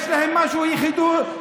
יש להם משהו ייחודי.